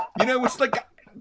you know, it's like,